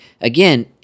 Again